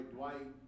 Dwight